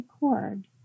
record